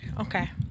Okay